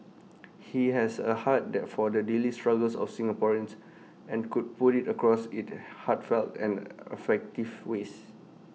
he has A heart their for the daily struggles of Singaporeans and could put IT across in heartfelt and effective ways